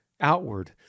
outward